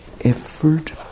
effort